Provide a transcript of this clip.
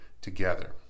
together